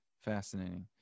Fascinating